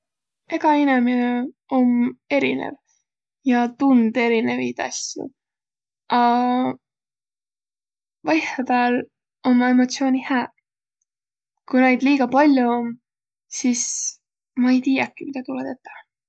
Egä inemine om erinev ja tund erinevid asjo. A vaihõpääl ommaq emotsiooniq hääq. Ku naid liiga pall'o om, sis ma-i tiiäkiq, midä tulõ tetäq.